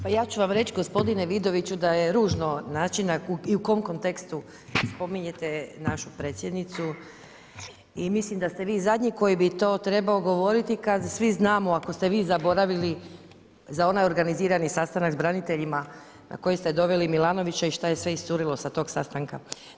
Pa ja ću vam reći gospodine Vidoviću, da je ružno način i u kom kontekstu spominjete našu Predsjednicu mislim daste vi zadnji koji bi to trebao govoriti kad svi znamo ako ste vi zaboravili, za onaj organizirani sastanak s braniteljima na koji ste doveli Milanovića i šta je sve iscurilo sa tog sastanka.